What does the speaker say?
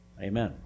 Amen